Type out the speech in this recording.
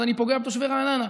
אז אני פוגע בתושבי רעננה.